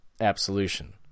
Absolution